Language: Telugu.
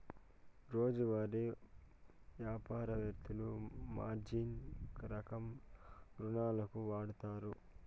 రోజువారీ యాపారత్తులు మార్జిన్ రకం రుణాలును వాడుతారు